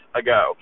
ago